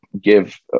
give